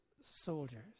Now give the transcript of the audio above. soldiers